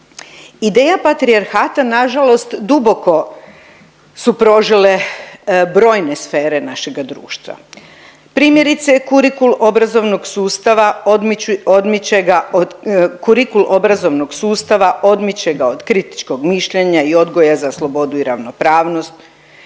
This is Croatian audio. Ideja patrijarhata nažalost duboko su prožele brojne sfere našega društva. Primjerice, kurikul obrazovnog sustava odmiče ga od, kurikul obrazovnog sustava odmiče ga od kritičkog mišljenja i odgoja za slobodu i ravnopravnost,